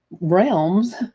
realms